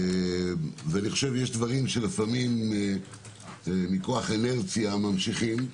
אני חושב שיש דברים שלפעמים מכוח אינרציה ממשיכים.